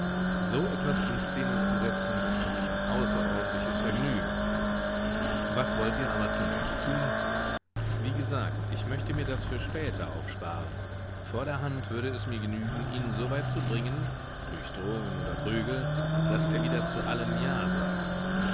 so etwas in szene zu setzen ist für mich ein außerordentliches vergnügen was wollt ihr aber zunächst tun wie gesagt ich möchte mir das für später aufsparen vorderhand würde es mir genügen ihn soweit zu bringen durch drohungen oder prügel daß er wieder zu allem ja sagt